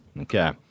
Okay